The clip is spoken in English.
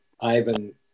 Ivan